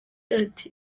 ati